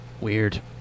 Weird